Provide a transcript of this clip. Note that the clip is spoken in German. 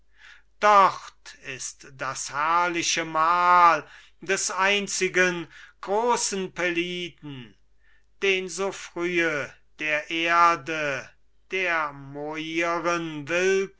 dort ist das herrliche mal des einzigen großen peliden den so frühe der erde der moiren willkür